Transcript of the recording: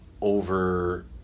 over